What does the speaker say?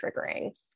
triggering